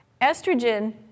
Estrogen